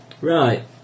Right